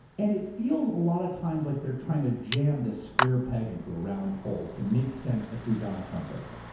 and it feels, a lot of times, like they're trying to jam this square peg into a round hole to make sense of who donald trump is.